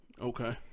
Okay